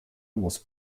was